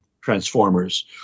transformers